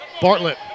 Bartlett